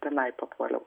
tenai papuoliau